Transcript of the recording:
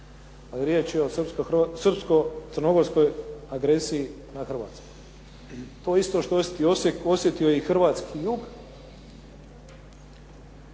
ali riječ je o srpsko-crnogorskoj agresiji na Hrvatsku. To isto što je osjetio Osijek